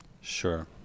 Sure